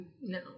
No